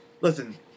Listen